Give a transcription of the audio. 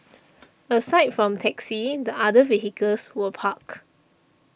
aside from taxi the other vehicles were parked